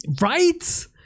right